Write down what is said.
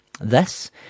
Thus